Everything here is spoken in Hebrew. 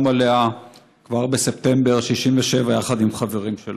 עליה כבר בספטמבר 1967 יחד עם חברים שלו: